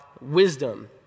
wisdom